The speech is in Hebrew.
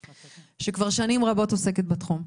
שכבר שנים רבות עוסקת בתחום,